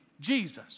Jesus